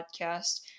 podcast